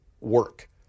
work